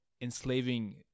enslaving